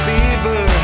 Beaver